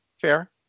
Fair